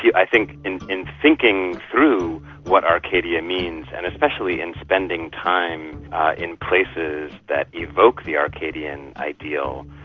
yeah i think in in thinking through what arcadia means, and especially in spending time in places that evoke the arcadian ideal,